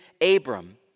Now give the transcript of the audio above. Abram